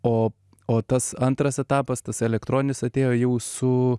o o tas antras etapas tas elektroninis atėjo jau su